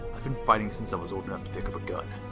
i've been fighting since i was old enough to pick up a gun.